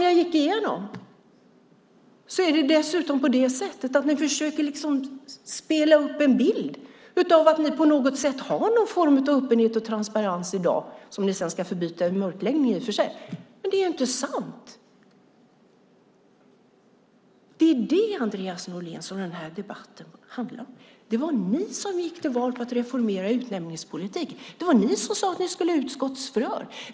Jag gick dessutom igenom att ni försöker måla upp en bild av att ni på något sätt har någon form av öppenhet och transparens i dag, som ni sedan ska förbyta i mörkläggning i och för sig. Det är inte sant. Det är det, Andreas Norlén, som den här debatten handlar om. Det var ni som gick till val på att reformera utnämningspolitiken. Det var ni som sade att ni skulle ha utskottsförhör.